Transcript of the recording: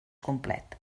complet